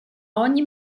ogni